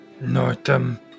Northam